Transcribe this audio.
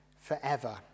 forever